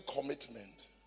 commitment